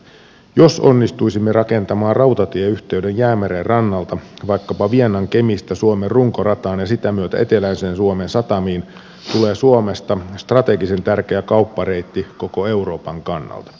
jos onnistuisimme rakentamaan rautatieyhteyden jäämeren rannalta vaikkapa vienan kemistä suomen runkorataan ja sitä myöten eteläisen suomen satamiin tulisi suomesta strategisen tärkeä kauppareitti koko euroopan kannalta